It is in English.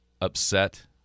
upset